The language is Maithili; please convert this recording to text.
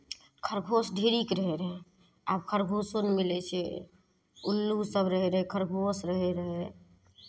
खरगोश ढेरीके रहैत रहै आब खरगोशो नहि मिलै छै उल्लू सभ रहैत रहै खरगोश रहैत रहै